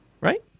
right